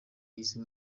y’isi